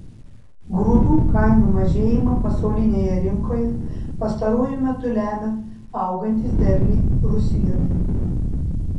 grūdų kainų mažėjimą pasaulinėje rinkoje pastaruoju metu lemia augantys derliai rusijoje